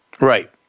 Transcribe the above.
Right